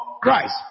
Christ